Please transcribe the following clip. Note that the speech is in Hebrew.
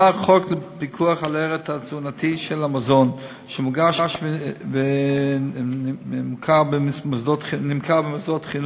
עבר חוק לפיקוח על הערך התזונתי של המזון שמוגש ונמכר במוסדות חינוך,